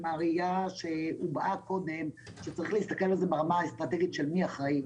הראייה שהובעה קודם שצריך להסתכל על זה ברמה האסטרטגית של מי אחראי.